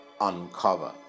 uncover